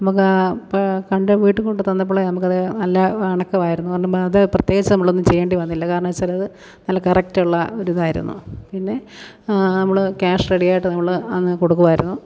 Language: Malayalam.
നമുക്കാ പാ കണ്ടു വീട്ടിൽ കൊണ്ട് തന്നപ്പോളേ നമുക്കത് നല്ല ഇണക്കമായിരുന്നു കാരണം അത് പ്രത്യേകിച്ച് നമ്മളൊന്നും ചെയ്യേണ്ടി വന്നില്ല കാരണം വെച്ചാലത് നല്ല കറക്റ്റ് ഉള്ള ഒരു ഇതായിരുന്നു പിന്നെ നമ്മൾ ക്യാഷ് റെഡിയായിട്ടു നമ്മൾ അങ്ങ് കൊടുക്കുമായിരുന്നു